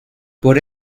por